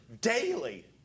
daily